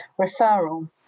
referral